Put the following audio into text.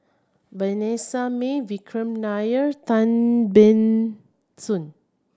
Vanessa Mae Vikram Nair Tan Ban Soon